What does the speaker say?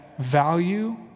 Value